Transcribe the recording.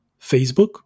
Facebook